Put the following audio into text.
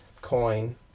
coin